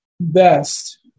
best